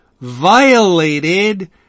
violated